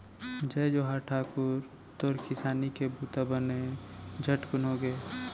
जय जोहार ठाकुर, तोर किसानी के बूता बने झटकुन होगे?